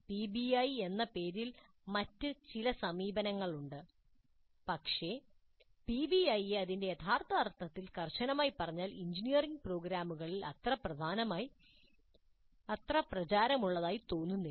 PBI എന്ന പേരിൽ മറ്റ് ചില സമീപനങ്ങളുണ്ട് പക്ഷേ പിബിഐയെ അതിന്റെ യഥാർത്ഥ അർത്ഥത്തിൽ കർശനമായി പറഞ്ഞാൽ എഞ്ചിനീയറിംഗ് പ്രോഗ്രാമുകളിൽ അത്ര പ്രചാരമുള്ളതായി തോന്നുന്നില്ല